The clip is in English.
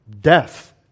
Death